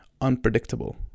unpredictable